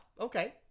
Okay